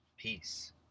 Peace